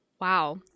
Wow